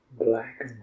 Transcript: black